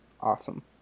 Awesome